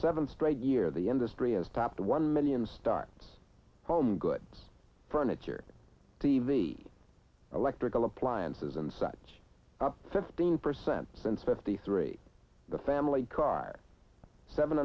seventh straight year the industry has topped one million starts home goods furniture t v electrical appliances and such up fifteen percent since fifty three the family car seven